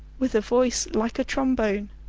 with a voice like a trombone.